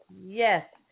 Yes